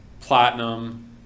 platinum